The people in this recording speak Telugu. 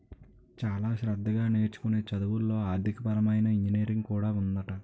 చాలా శ్రద్ధగా నేర్చుకునే చదువుల్లో ఆర్థికపరమైన ఇంజనీరింగ్ కూడా ఉందట